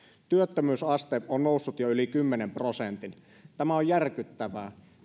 työttömyysaste on noussut jo yli kymmenen prosentin tämä on järkyttävää